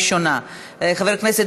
31 חברי כנסת